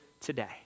today